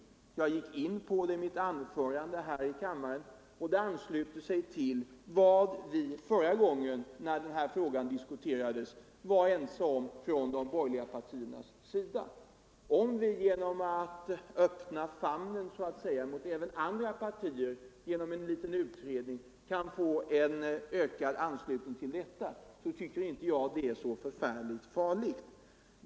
Som jag framhöll i mitt tidigare anförande ansluter det sig till vad vi inom de borgerliga partierna var ense om när denna fråga diskuterades förra gången. Om vi genom en liten utredning kan öppna famnen även mot andra partier och få en ökad anslutning till våra tankegångar, tycker jag inte att det är så farligt.